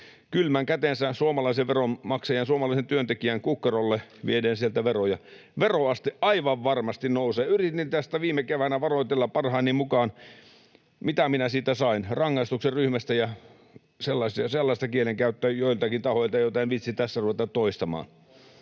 kylmän kätensä suomalaisen veronmaksajan ja suomalaisen työntekijän kukkarolle vieden sieltä veroja. Veroaste aivan varmasti nousee. Yritin tästä viime keväänä varoitella parhaani mukaan. Mitä minä siitä sain? Rangaistuksen ryhmästä ja sellaista kielenkäyttöä joiltakin tahoilta, jota en viitsi tässä ruveta toistamaan.